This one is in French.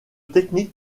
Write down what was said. technique